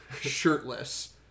shirtless